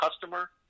customer